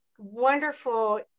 wonderful